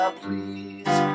please